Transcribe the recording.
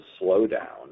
slowdown